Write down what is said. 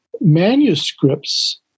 manuscripts